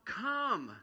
come